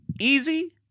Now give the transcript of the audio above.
easy